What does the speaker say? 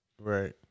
Right